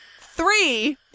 Three